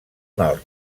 nord